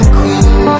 queen